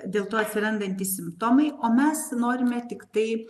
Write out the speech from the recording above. dėl to atsirandantys simptomai o mes norime tiktai